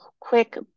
quick